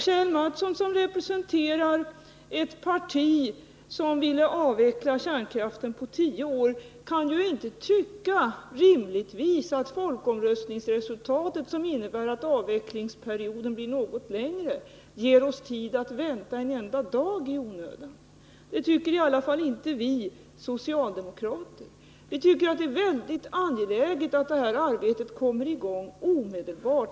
Kjell Mattsson, som representerar ett parti som ville avveckla kärnkraften på tio år, kan ju inte rimligtvis tycka att folkomröstningsresultatet, som innebar att avvecklingsperioden blir något längre än hans parti ville, ger oss tid att vänta en enda dag i onödan. Det tycker i alla fall inte vi socialdemokrater. Vi tycker att det är väldigt angeläget att det här arbetet kommer i gång omedelbart.